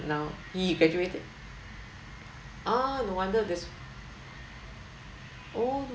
now he graduated ah no wonder this oh